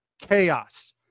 chaos